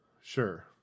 Sure